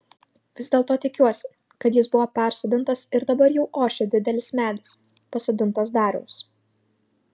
vis dėlto tikiuosi kad jis buvo persodintas ir dabar jau ošia didelis medis pasodintas dariaus